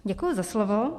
Děkuji za slovo.